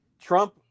Trump